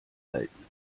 halten